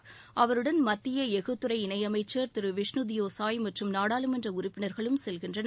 துறை இணை அவருடன் மக்கிய எஃகு அமைச்சர் திரு விஷ்ணுதியோ சாய் மற்றும் நாடாளுமன்ற உறுப்பினர்களும் செல்கின்றனர்